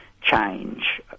change